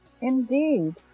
Indeed